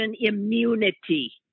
immunity